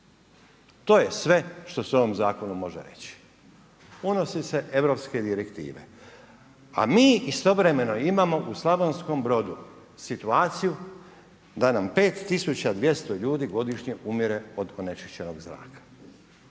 To je sve što se o ovom zakonu može reći. Unose se europske direktive. A mi istovremeno imamo u Slavonskom Brodu situaciju da nam 5200 ljudi godišnje umire od onečišćenog zraka.